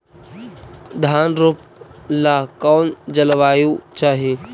धान रोप ला कौन जलवायु चाही?